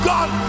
God